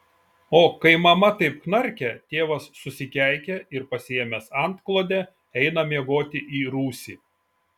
o kai mama taip knarkia tėvas susikeikia ir pasiėmęs antklodę eina miegoti į rūsį